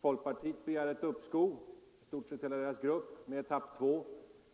Folkpartiet begär uppskov — i stort sett hela dess grupp - med etapp 2,